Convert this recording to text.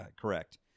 Correct